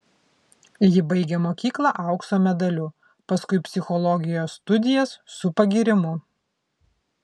ji baigė mokyklą aukso medaliu paskui psichologijos studijas su pagyrimu